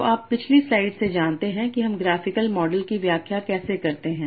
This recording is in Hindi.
तो आप पिछली स्लाइड से जानते हैं कि हम ग्राफिकल मॉडल की व्याख्या कैसे करते हैं